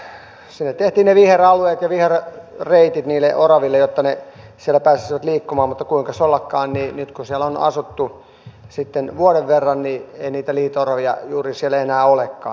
sinne tehtiin ne viheralueet ja viherreitit niille oraville jotta ne siellä pääsisivät liikkumaan mutta kuinkas ollakaan nyt kun siellä on asuttu vuoden verran ei niitä liito oravia siellä juuri enää olekaan